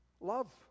love